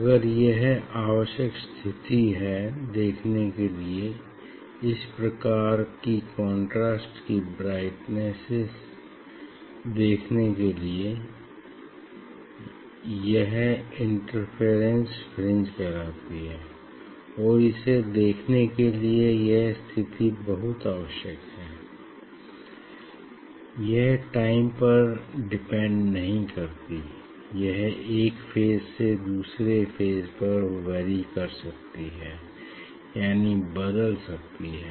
अगर यह आवश्यक स्थिति है देखने के लिए इस प्रकार की कंट्रास्ट की ब्राइटनेस देखने के लिए यह इंटरफेरेंस फ्रिंज कहलाती है और इसे देखने के लिए यह स्तिथि बहुत आवश्यक है यह टाइम पर डिपेंड नहीं करती यह एक फेज से दूसरे फेज पर वैरी कर सकती हैं यानि बदल सकती है